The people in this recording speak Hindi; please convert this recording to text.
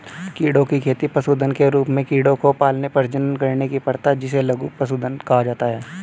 कीड़ों की खेती पशुधन के रूप में कीड़ों को पालने, प्रजनन करने की प्रथा जिसे लघु पशुधन कहा जाता है